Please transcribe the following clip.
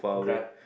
Grab